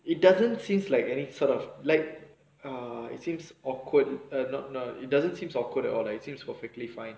it doesn't seems like any sort of like err it seems awkward err not not it doesn't seems awkward at all lah it seems perfectly fine